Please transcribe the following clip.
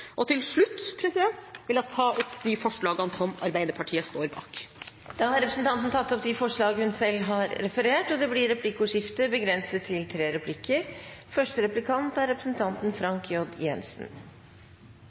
Til slutt vil jeg ta opp forslagene Arbeiderpartiet står bak. Da har representanten Helga Pedersen tatt opp de forslagene hun refererte til. Det blir replikkordskifte.